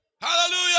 Hallelujah